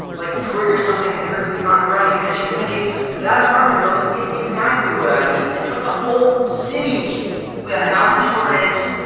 like, triggers something in her econ brain because she's thinking that apartment building is exactly what i need. it's what the whole city needs we have a housing shortage.